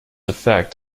effect